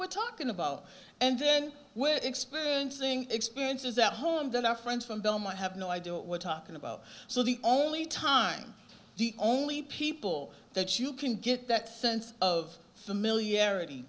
were talking about and then we're experiencing experiences at home that our friends from bill might have no idea what we're talking about so the only time the only people that you can get that sense of familiarity